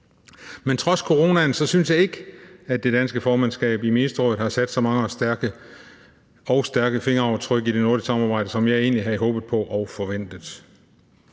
Trods coronaen synes jeg ikke, at det danske formandskab i ministerrådet har sat så mange og stærke fingeraftryk på det nordiske samarbejde, som jeg egentlig havde håbet på og forventet.